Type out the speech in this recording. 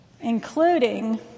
including